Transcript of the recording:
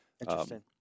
Interesting